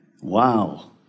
Wow